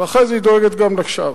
ואחרי זה היא דואגת גם לשאר.